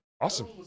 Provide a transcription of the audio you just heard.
awesome